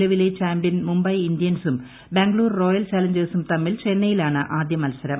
നിലവിലെ ചാമ്പൃൻ മുംബൈ ഇന്ത്യൻസും ബംഗളൂർ റോയൽ ചലഞ്ചേഴ്സും തമ്മിൽ ചെന്നൈയിലാണ് ആദ്യമത്സരം